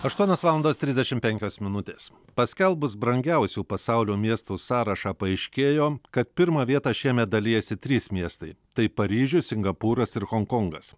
aštuonios valandos trisdešim penkios minutės paskelbus brangiausių pasaulio miestų sąrašą paaiškėjo kad pirmą vietą šiemet dalijasi trys miestai tai paryžius singapūras ir honkongas